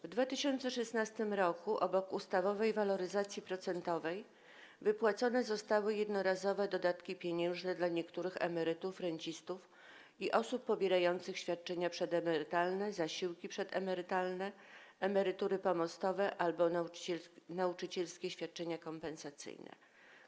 W 2016 r. obok ustawowej waloryzacji procentowej wypłacone zostały jednorazowe dodatki pieniężne dla niektórych emerytów, rencistów i osób pobierających świadczenia przedemerytalne, zasiłki przedemerytalne, emerytury pomostowe albo nauczycielskie świadczenia kompensacyjne.